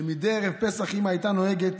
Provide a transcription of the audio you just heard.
מדי ערב פסח אימא הייתה נוהגת